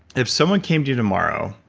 if someone came to you tomorrow,